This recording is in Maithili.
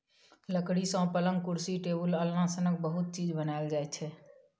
लकड़ी सँ पलँग, कुरसी, टेबुल, अलना सनक बहुत चीज बनाएल जाइ छै